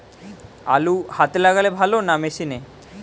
আলু হাতে লাগালে ভালো না মেশিনে?